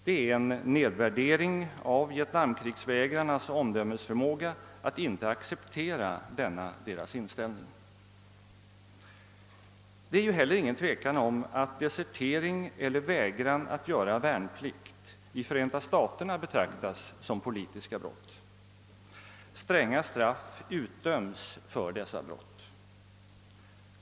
Det är en nedvärdering av vietnamkrigsvägrarnas omdömesförmåga att inte acceptera denna deras inställning. Det är ju inte heller något tvivel om att desertering eller vägran att göra värnplikt betraktas som politiska broft i Förenta staterna. Stränga straff utdöms för dessa brott.